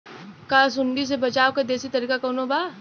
का सूंडी से बचाव क देशी तरीका कवनो बा?